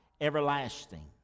everlasting